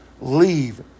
Leave